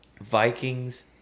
Vikings